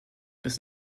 bis